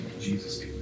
Jesus